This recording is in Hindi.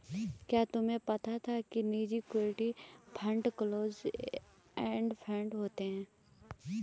क्या तुम्हें पता था कि निजी equity fund close end fund होते हैं?